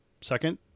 second